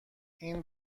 این